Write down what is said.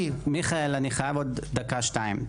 אני חייב עוד דקה שתיים.